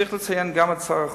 צריך לציין גם את שר החוץ,